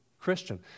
Christian